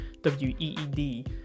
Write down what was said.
w-e-e-d